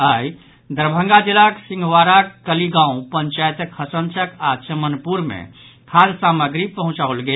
आइ दरभंगा जिलाक सिंहवाराक कलीगांव पंचायतक हसनचक आओर चमनपुर मे खाद्य सामग्री पहुंचाओल गेल